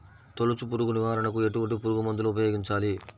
తొలుచు పురుగు నివారణకు ఎటువంటి పురుగుమందులు ఉపయోగించాలి?